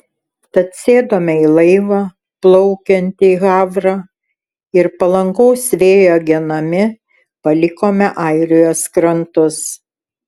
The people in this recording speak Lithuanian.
tad sėdome į laivą plaukiantį į havrą ir palankaus vėjo genami palikome airijos krantus